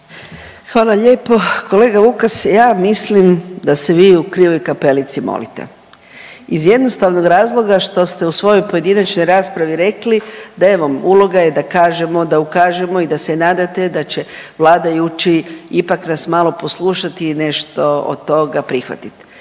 Hvala lijepo. Kolega Vukas, ja mislim da se vi u krivoj kapelici molite iz jednostavnog razloga što ste u svojoj pojedinačnoj raspravi rekli da evo, uloga je da kažemo, da ukažemo i da se nadate da će vladajući ipak nas malo poslušati i nešto od toga prihvatiti.